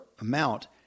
amount